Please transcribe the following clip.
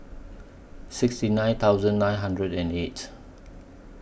sixty nine thousand nine hundred and eight